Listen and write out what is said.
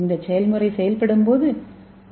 இந்த செயல்முறை செயல்படும்போது டி